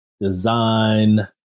design